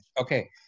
Okay